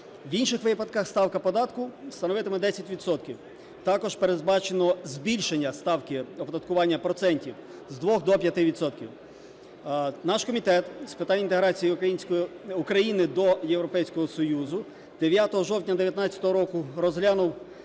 В інших випадках ставка податку становитиме 10 відсотків. Також передбачено збільшення ставки оподаткування процентів з 2 до 5 відсотків. Наш комітет з питань інтеграції України до Європейського Союзу 9 жовтня 19-го року розглянув